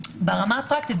ברמה הפרקטית,